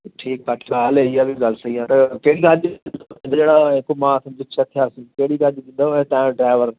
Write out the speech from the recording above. ठीकु आहे ॻाल्हि इहा बि ॻाल्हि सही आहे त कहिड़ी ॻाल्हि तव्हांजो ड्राइवर